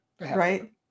right